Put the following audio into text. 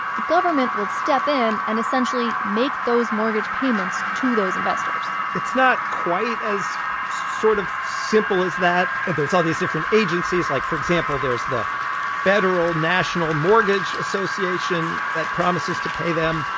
the government will step in and essentially make those mortgage payments to those investors it's not quite as sort of simple as that. there's all these different agencies. like, for example, there's the federal national mortgage association that promises to pay them.